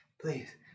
please